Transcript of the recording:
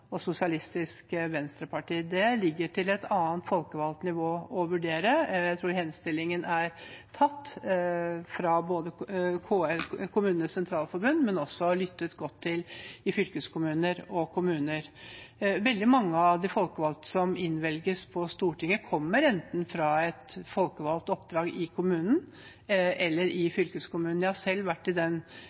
og Sosialistisk Venstreparti. Det ligger til et annet folkevalgt nivå å vurdere. Jeg tror henstillingen fra Kommunenes Sentralforbund er mottatt, og at man også har lyttet godt til fylkeskommuner og kommuner. Veldig mange av de folkevalgte som innvelges på Stortinget, kommer fra et folkevalgt oppdrag i enten kommunen eller fylkeskommunen. Jeg har selv vært i den